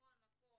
בכל מקום,